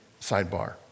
sidebar